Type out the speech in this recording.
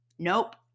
Nope